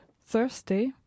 Thursday